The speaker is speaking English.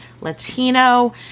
Latino